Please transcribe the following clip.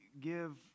give